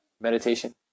meditation